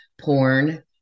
Porn